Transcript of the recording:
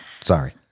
Sorry